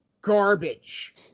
garbage